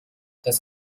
das